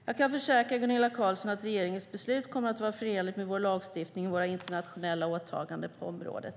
Jag kan försäkra Gunilla Carlsson att regeringens beslut kommer att vara förenligt med vår lagstiftning och våra internationella åtaganden på området.